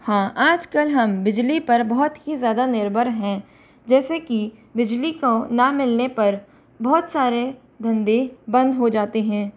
हाँ आज कल हम बिजली पर बहुत ही ज़्यादा निर्भर हैं जैसे कि बिजली काे न मिलने पर बहुत सारे धंधे बंद हो जाते हैं